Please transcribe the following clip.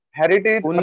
heritage